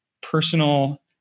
personal